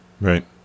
Right